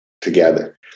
together